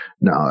no